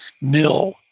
Mill